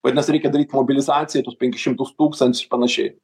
vadinasi reikia daryt mobilizaciją tuos penkis šimtus tūkstančių panašiai